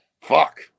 Fuck